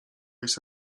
jest